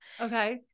Okay